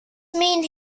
mean